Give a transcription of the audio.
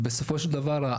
בסופו של דבר,